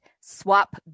swap